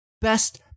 best